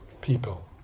people